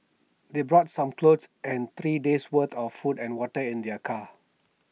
they brought some clothes and three days' worth of food and water in their car